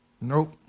Nope